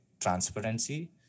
transparency